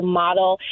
model